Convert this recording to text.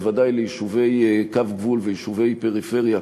בוודאי ליישובי קו גבול ויישובי פריפריה,